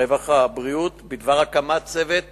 הרווחה והבריאות, בדבר הקמת צוות